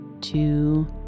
two